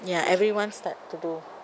ya everyone start to do